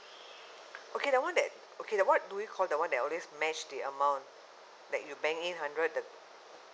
okay that one that okay what do you call the one that always match the amount like you bank in hundred the